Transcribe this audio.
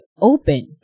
open